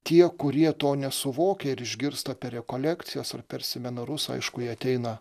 tie kurie to nesuvokia ir išgirsta per rekolekcijas ar per seminarus aišku jie ateina